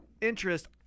interest